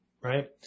right